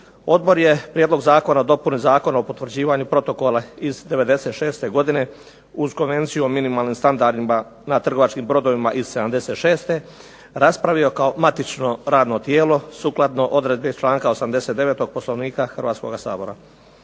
Odbor je Prijedlog zakona o dopuni Zakona o potvrđivanju Protokola iz 1996. godine uz Konvenciju o minimalnim standardima na trgovačkim brodovima iz '76. raspravio kao matično radno tijelo, sukladno odredbi iz članka 89. Poslovnika Hrvatskoga sabora.